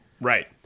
Right